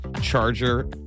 charger